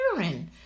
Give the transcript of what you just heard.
children